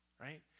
right